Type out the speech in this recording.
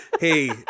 hey